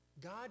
God